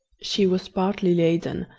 she was partly laden,